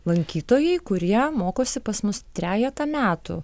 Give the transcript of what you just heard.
lankytojai kurie mokosi pas mus trejetą metų